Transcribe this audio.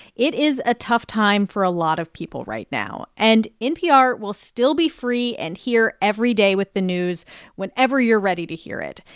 it is a tough time for a lot of people right now, and npr will still be free and here every day with the news whenever you're ready to hear it.